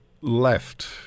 left